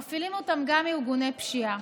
מפעילים אותם גם ארגוני פשיעה,